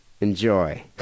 Enjoy